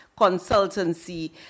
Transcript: consultancy